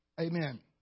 amen